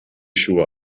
schuhe